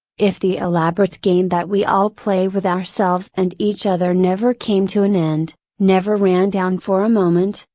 if the elaborate game that we all play with ourselves and each other never came to an end, never ran down for a moment,